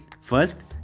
first